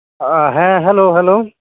ᱦᱮᱸ hello hello